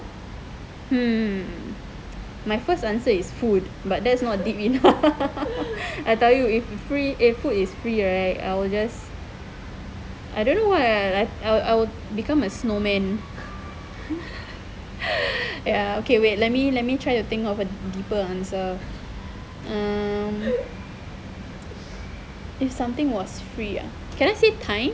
um my first answer is food but that's not deep enough I tell you if free eh food is free right I will just I don't know why I would I would become a snowman ya okay wait let me let me try to think of a deeper answer um if something was free ah can I say time